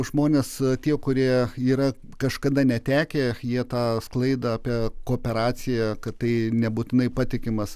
žmonės tie kurie yra kažkada netekę jie tą sklaidą apie kooperaciją kad tai nebūtinai patikimas